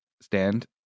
stand